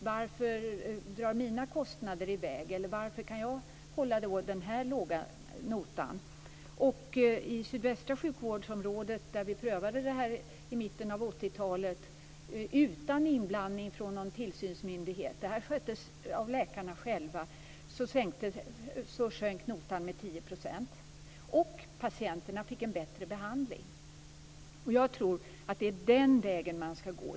Varför drar mina kostnader i väg eller varför kan jag hålla den här låga notan? I det sydvästra sjukvårdsområdet prövade vi det här i mitten av 80-talet utan inblandning av någon tillsynsmyndighet. Det sköttes av läkarna själva. Då sjönk notan med 10 % och patienterna fick en bättre behandling. Jag tror att det är den vägen som man skall gå.